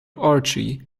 orgy